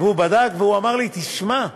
בדק ואמר לי: תשמע,